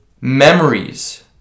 memories